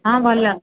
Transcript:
ହଁ ଭଲ